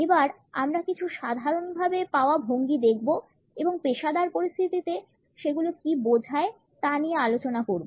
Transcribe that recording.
এবার আমরা কিছু সাধারণভাবে পাওয়া ভঙ্গি দেখবো এবং পেশাদার পরিস্থিতিতে সেগুলি কী বোঝায় ত নিয়ে আলোচনা করব